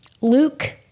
Luke